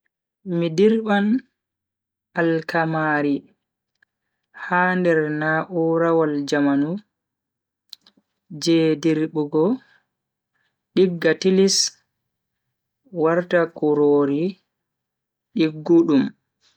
Be dirban alkamaari ha nder na'urawol jamanu je dirbugo digga tilis warta kurori diggudum.